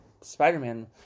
Spider-Man